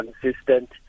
consistent